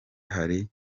hari